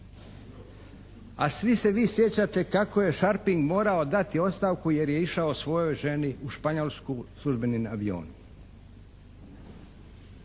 A svi se vi sjećate kako je Šarping morao dati ostavku jer je išao svojoj ženi u Španjolsku službenim avionom.